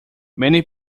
many